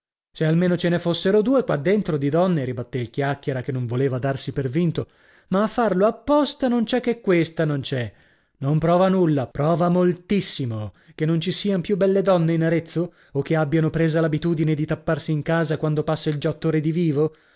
se almeno ce ne fossero due qua dentro di donne ribattè il chiacchiera che non voleva darsi per vinto ma a farlo a posta non c'è che questa non c'è non prova nulla prova moltissimo che non ci sian più belle donne in arezzo o che abbiano presa l'abitudine di tapparsi in casa quando passa il